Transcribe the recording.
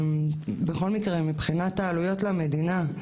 בכל מקרה מבחינת העלויות למדינה,